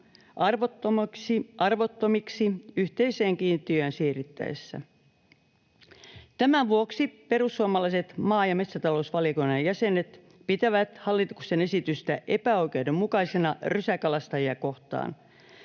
arvottomiksi yhteiseen kiintiöön siirryttäessä. Tämän vuoksi perussuomalaiset maa- ja metsätalousvaliokunnan jäsenet pitävät hallituksen esitystä epäoikeudenmukaisena rysäkalastajia kohtaan,